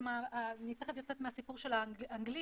אני תכף יוצאת מהסיפור של האנגלי.